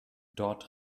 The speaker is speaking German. dort